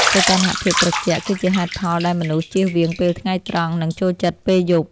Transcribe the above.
សីតុណ្ហភាពត្រជាក់គឺជាហេតុផលដែលមនុស្សជៀសវាងពេលថ្ងៃត្រង់ និងចូលចិត្តពេលយប់។